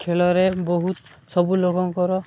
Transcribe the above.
ଖେଳରେ ବହୁତ ସବୁ ଲୋକଙ୍କର